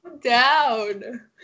down